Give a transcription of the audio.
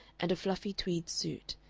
and a fluffy tweed suit,